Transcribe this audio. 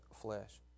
flesh